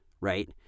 right